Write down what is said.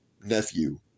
nephew